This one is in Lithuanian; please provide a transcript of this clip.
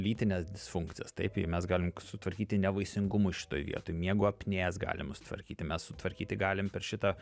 lytines disfunkcijas taip ir mes galim sutvarkyti nevaisingumus šitoj vietoj miego apnėjas galima sutvarkyti mes sutvarkyti galim per šitą